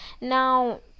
Now